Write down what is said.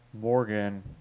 Morgan